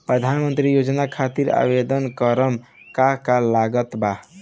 प्रधानमंत्री योजना खातिर आवेदन करम का का लागत बा?